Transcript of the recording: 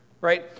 right